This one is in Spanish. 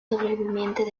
sobrevivientes